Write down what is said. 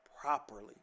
properly